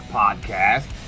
podcast